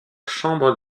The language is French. chambre